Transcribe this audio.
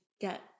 get